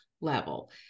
level